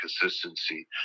consistency